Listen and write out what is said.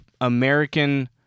American